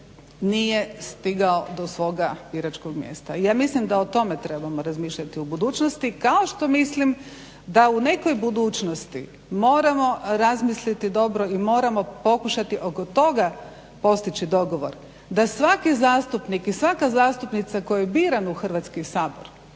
nije stigao do svoga biračkog mjesta. Ja mislim da o tome trebamo razmišljati u budućnosti kao što mislim da u nekoj budućnosti moramo razmisliti dobro i moramo pokušati oko toga postići dogovor, da svaki zastupnik i svaka zastupnica koji je biran u Hrvatski sabor